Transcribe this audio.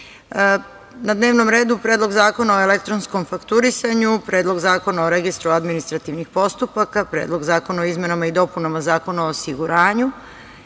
EU.Na dnevnom redu Predlog zakona o elektronskom fakturisanju, Predlog zakona o registru administrativnih postupaka, Predlog zakona o izmenama i dopunama Zakona o osiguranju